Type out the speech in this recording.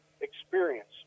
experience